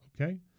Okay